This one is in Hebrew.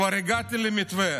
כבר הגעתי למתווה